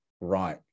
right